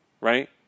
right